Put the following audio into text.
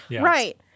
right